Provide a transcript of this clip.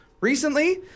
recently